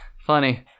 Funny